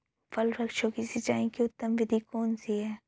फल वृक्षों की सिंचाई की उत्तम विधि कौन सी है?